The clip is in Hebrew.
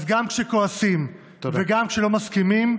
אז גם כשכועסים וגם כשלא מסכימים,